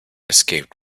escaped